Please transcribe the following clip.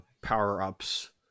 power-ups